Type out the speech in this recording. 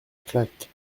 claque